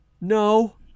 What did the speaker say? No